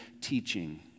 teaching